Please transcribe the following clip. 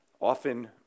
Often